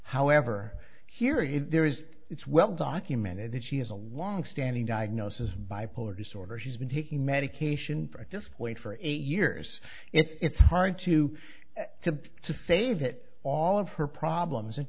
however here in there is it's well documented that she has a longstanding diagnosis bipolar disorder she's been taking medication i just wait for eight years it's hard to have to say that all of her problems and